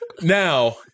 now